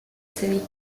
city